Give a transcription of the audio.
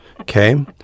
okay